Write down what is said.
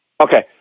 Okay